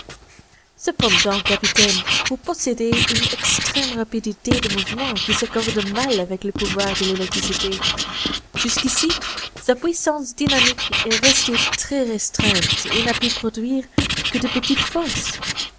cependant capitaine vous possédez une extrême rapidité de mouvements qui s'accorde mal avec le pouvoir de l'électricité jusqu'ici sa puissance dynamique est restée très restreinte et n'a pu produire que de petites forces